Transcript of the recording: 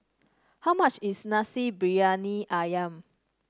how much is Nasi Briyani ayam